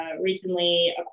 recently